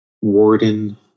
Warden